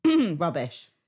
rubbish